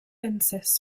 insists